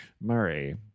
murray